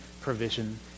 provision